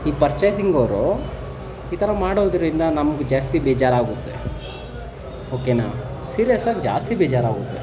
ಈ ಪರ್ಚೇಸಿಂಗ್ ಅವರು ಈ ಥರ ಮಾಡೋದ್ರಿಂದ ನಮ್ಗೆ ಜಾಸ್ತಿ ಬೇಜಾರಾಗುತ್ತೆ ಓಕೆನಾ ಸೀರಿಯಸ್ ಆಗಿ ಜಾಸ್ತಿ ಬೇಜಾರಾಗುತ್ತೆ